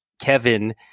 Kevin